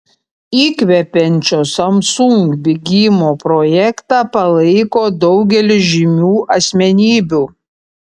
įkvepiančio samsung bėgimo projektą palaiko daugelis žymių asmenybių